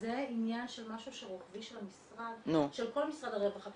זה עניין של משהו שרוחבי של כל משרד הרווחה.